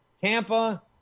Tampa